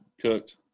cooked